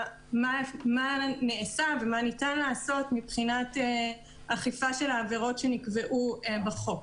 נעשה ומה ניתן לעשות מבחינת אכיפת העבירות שנקבעו בחוק.